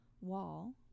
wall